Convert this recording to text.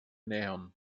nähern